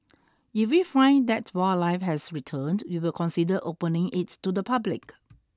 if we find that wildlife has returned we will consider opening its to the public